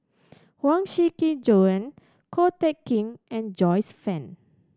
Huang Shiqi Joan Ko Teck Kin and Joyce Fan